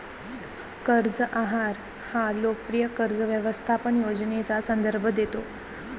कर्ज आहार हा लोकप्रिय कर्ज व्यवस्थापन योजनेचा संदर्भ देतो